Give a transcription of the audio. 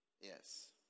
Yes